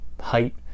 height